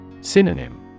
Synonym